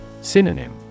Synonym